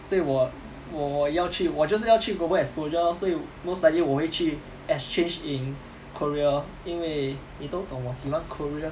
所以我我我要去我就是要去 global exposure lor 所以 most likely 我会去 exchange in korea 因为你都懂我喜欢 korea